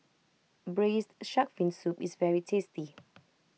Braised Shark Fin Soup is very tasty